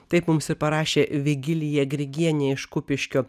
taip mums ir parašė vigilija grigienė iš kupiškio